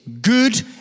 good